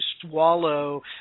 swallow